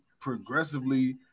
progressively